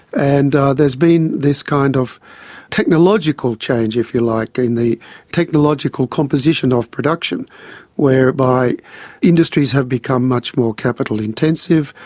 and there's been this kind of technological change, if you like, in the technological composition of production whereby industries have become much more capital intensive,